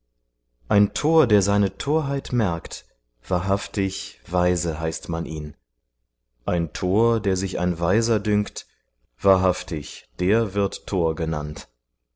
ein tor der seine torheit merkt wahrhaftig weise heißt man ihn ein tor der sich ein weiser dünkt wahrhaftig der wird tor genannt